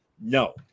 No